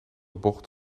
bocht